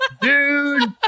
dude